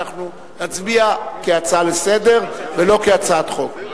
נצביע כהצעה לסדר-היום ולא כהצעת חוק.